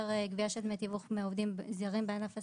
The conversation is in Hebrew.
גבייה של דמי תיווך מעובדים זרים בענף הסיעוד.